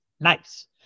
Nice